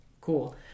cool